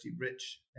rich